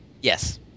Yes